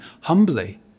humbly